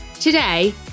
Today